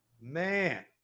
Man